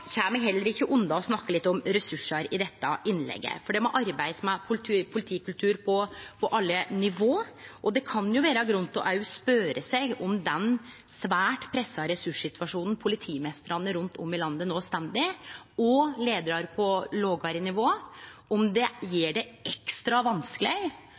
Eg kjem heller ikkje unna å snakke litt om ressursar i dette innlegget. Det må arbeidast med politikultur på alle nivå, og det kan vere grunn til å spørje seg om den svært pressa ressurssituasjonen politimeistrar og leiarar på lågare nivå rundt om i landet no står i, gjer det ekstra vanskeleg å utøve god leiing og